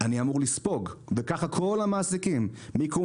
אני אמור לספוג וכך כל המעסיקים מקום